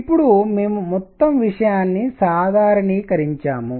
ఇప్పుడు మేము మొత్తం విషయాన్ని సాధారణీకరించాము